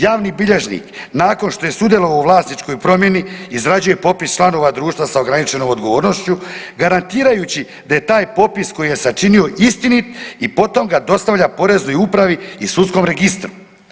Javni bilježnik nakon što je sudjelovao u vlasničkoj promjeni izrađuje popis članova društva sa ograničenom odgovornošću garantirajući da je taj popis koji je sačinio istinit i potom ga dostavlja poreznoj upravi i sudskom registru.